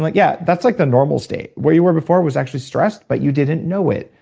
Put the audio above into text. like yeah, that's like the normal state. where you were before was actually stress, but you didn't know it,